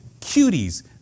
Cuties